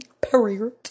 period